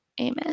amen